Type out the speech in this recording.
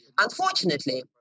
Unfortunately